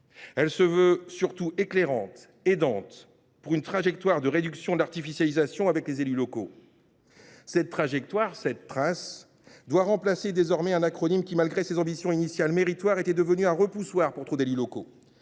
Elle se veut surtout éclairante, aidante pour une trajectoire de réduction de l’artificialisation concertée avec les élus locaux (Trace). Cette Trace doit désormais remplacer un acronyme qui, malgré ses ambitions initiales méritoires, était devenu un repoussoir pour trop d’élus locaux.